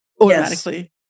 automatically